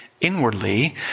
inwardly